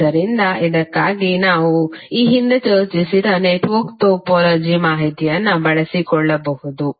ಆದ್ದರಿಂದ ಇದಕ್ಕಾಗಿ ನಾವು ಈ ಹಿಂದೆ ಚರ್ಚಿಸಿದ ನೆಟ್ವರ್ಕ್ ಟೋಪೋಲಜಿ ಮಾಹಿತಿಯನ್ನು ಬಳಸಿಕೊಳ್ಳಬಹುದು